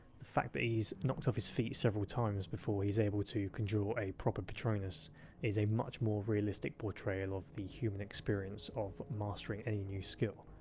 the fact that he's knocked off his feet several times before he's able to conjure ah a proper patronus is a much more realistic portrayal of the human experience of mastering any new skill.